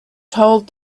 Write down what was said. told